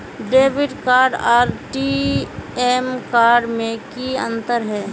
Debit card आर ATM card में की अंतर है?